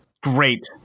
Great